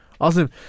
Awesome